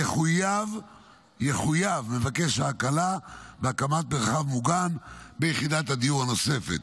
יחויב מבקש ההקלה בהקמת מרחב מוגן ביחידת הדיור הנוספת.